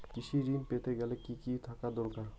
কৃষিঋণ পেতে গেলে কি কি থাকা দরকার?